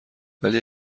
ولی